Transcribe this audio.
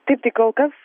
taip tai kol kas